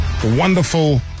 Wonderful